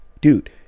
Dude